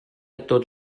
tot